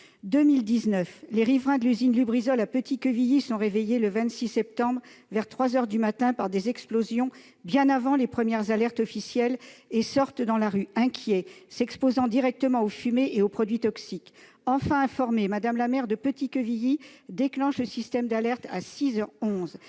2019, les riverains de l'usine Lubrizol, à Petit-Quevilly, sont réveillés, le 26 septembre vers trois heures du matin, par des explosions, bien avant les premières alertes officielles, et sortent dans la rue, inquiets, s'exposant directement aux fumées et aux produits toxiques. Enfin informée, Mme la maire de Petit-Quevilly déclenche le système d'alerte à six